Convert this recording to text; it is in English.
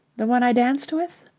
the one i danced with?